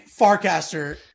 Farcaster